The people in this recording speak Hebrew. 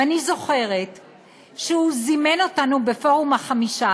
ואני זוכרת שהוא זימן אותנו, פורום ה-15,